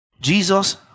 Jesus